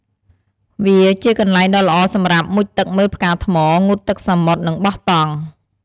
វាជាកន្លែងដ៏ល្អសម្រាប់ មុជទឹកមើលផ្កាថ្ម ងូតទឹកសមុទ្រ និងបោះតង់។